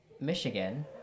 Michigan